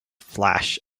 flash